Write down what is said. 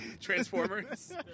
Transformers